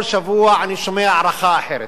כל שבוע אני שומע הערכה אחרת,